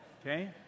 okay